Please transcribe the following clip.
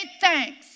thanks